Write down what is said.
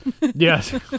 Yes